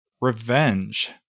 revenge